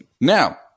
Now